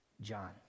John